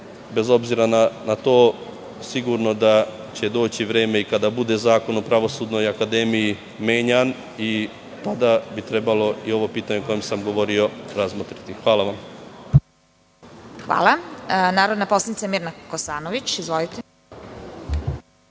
bez obzira na to, sigurno je da će doći vreme i kada bude Zakon o Pravosudnoj akademiji menjan i tada bi trebalo i ovo pitanje o kojem sam govorio razmotriti. Hvala vam. **Vesna Kovač** Hvala. Reč ima narodna poslanica Mirna Kosanović. Izvolite.